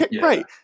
right